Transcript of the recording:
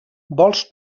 vols